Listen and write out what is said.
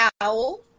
Owl